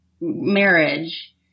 marriage